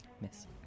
Miss